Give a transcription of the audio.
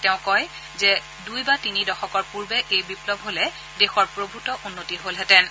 তেওঁ কয় যে দুই বা তিনি দশকৰ আগতে এই বিপ্লৱ হ'লে দেশৰ প্ৰভৃত উন্নতি হলহেঁতেন